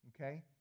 okay